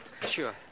Sure